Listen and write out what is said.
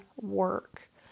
work